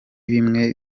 bimwe